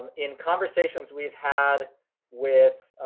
in conversations we've had with